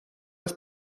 است